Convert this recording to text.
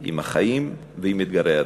עם החיים ועם אתגרי העתיד.